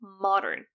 Modern